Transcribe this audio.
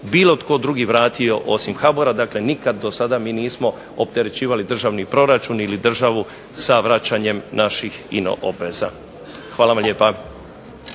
bilo tko drugi vratio osim HBOR-a. dakle, nikada mi do sada nismo opterećivali državni proračun ili državu sa našim vraćanjem ino obveza. Hvala vam lijepa.